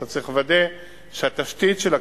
אתה צריך לוודא שהתשתית של הכביש,